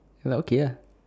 so ya okay lah